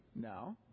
No